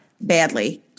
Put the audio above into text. badly